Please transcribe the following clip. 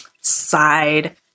side